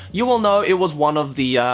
you will know it was one of the